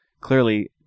clearly